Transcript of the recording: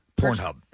Pornhub